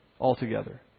altogether